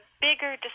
bigger